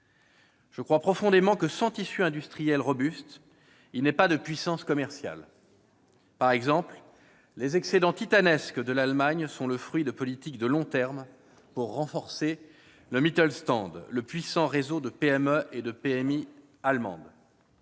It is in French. je crois profondément que, sans tissu industriel robuste, il n'est pas de puissance commerciale. Par exemple, les excédents titanesques de l'Allemagne sont le fruit de politiques de long terme pour renforcer le, le puissant réseau de petites et moyennes